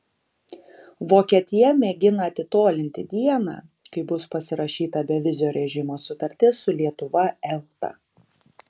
vokietija mėgina atitolinti dieną kai bus pasirašyta bevizio režimo sutartis su lietuva elta